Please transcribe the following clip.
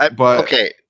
okay